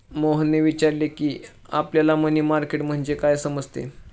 मोहनने विचारले की, आपल्याला मनी मार्केट म्हणजे काय समजते?